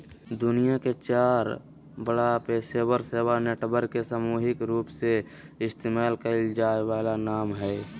दुनिया के चार बड़ा पेशेवर सेवा नेटवर्क के सामूहिक रूपसे इस्तेमाल कइल जा वाला नाम हइ